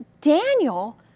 Daniel